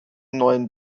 neuen